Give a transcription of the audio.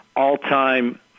all-time